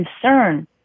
concern